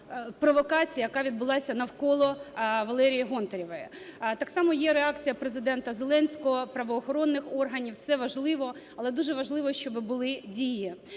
провокації, яка відбулася навколо Валерії Гонтаревої. Так само є реакція Президента Зеленського, правоохоронних органів. Це важливо. Але дуже важливо, щоб були дії.